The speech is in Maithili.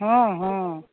हँ हँ